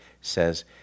says